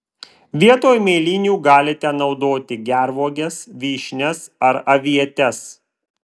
vietoj mėlynių galite naudoti gervuoges vyšnias ar avietes